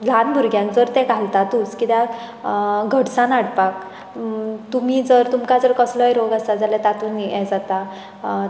ल्हान भुरग्यांक तर तें घालतातूच कित्याक घटसाण हाडपाक तुमी जर तुमकां जर कसलोय रोग आसा जाल्यार तातूंत हें जाता